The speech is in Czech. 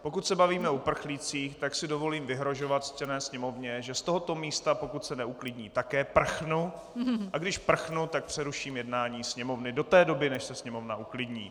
Pokud se bavíme o uprchlících, tak si dovolím vyhrožovat ctěné sněmovně, že z tohoto místa, pokud se neuklidní, také prchnu, a když prchnu, tak přeruším jednání sněmovny do té doby, než se sněmovna uklidní.